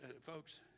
folks